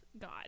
God